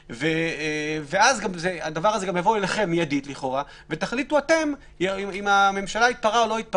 אז זה יבוא אליכם מידית ותחליטו אתם אם הממשלה התפרעה או לא,